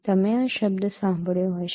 તમે આ શબ્દ સાંભળ્યો હશે